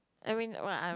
I mean what I'm